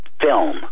film